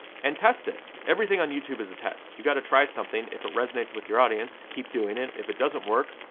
and test it. everything on youtube is a test. you got to try something, if it resonates with your audience, keep doing it. if it doesn't work,